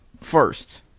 first